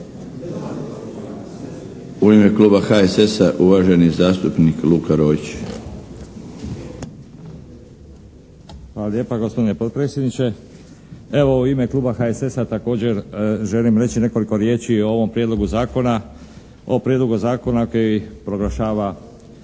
U ime kluba HSS-a uvaženi zastupnik Luka Roić. **Roić, Luka (HSS)** Hvala lijepa gospodine potpredsjedniče. Evo u ime kluba HSS-a također želim reći nekoliko riječi o ovom prijedlogu zakona, o prijedlogu zakona koji proglašava